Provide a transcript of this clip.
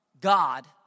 God